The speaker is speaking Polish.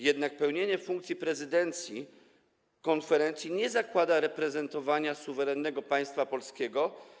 Jednak pełnienie funkcji prezydencji konferencji nie zakłada reprezentowania suwerennego państwa polskiego.